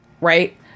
right